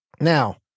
Now